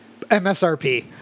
MSRP